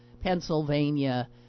Pennsylvania